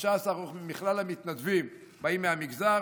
15 מכלל המתנדבים באים מהמגזר,